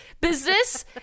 business